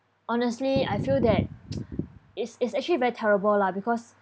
honestly I feel that is it's actually very terrible lah because